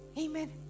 amen